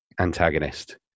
antagonist